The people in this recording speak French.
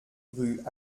rue